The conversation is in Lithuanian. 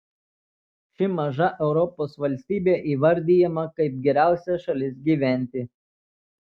ši maža europos valstybė įvardijama kaip geriausia šalis gyventi